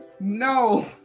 no